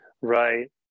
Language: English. Right